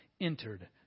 entered